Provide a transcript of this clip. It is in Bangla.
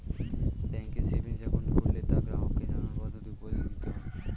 ব্যাঙ্কে সেভিংস একাউন্ট খুললে তা গ্রাহককে জানানোর পদ্ধতি উপদেশ দিতে হয়